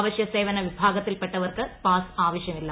അവശ്യസേവന വിഭാഗത്തിൽപ്പെട്ടവർക്ക് പാസ് ആവശ്യമില്ല